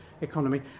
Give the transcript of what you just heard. economy